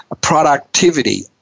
productivity